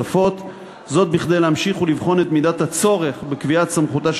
כדי להמשיך ולבחון את מידת הצורך בקביעת סמכותה של